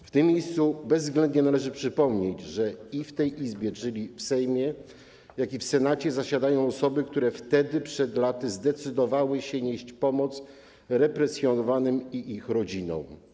W tym miejscu należy bezwzględnie przypomnieć, że zarówno w tej Izbie, czyli Sejmie, jak i w Senacie zasiadają osoby, które wtedy, przed laty zdecydowały się nieść pomoc represjonowanym i ich rodzinom.